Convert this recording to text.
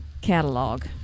catalog